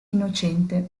innocente